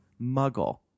Muggle